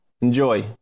Enjoy